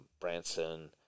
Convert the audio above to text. Branson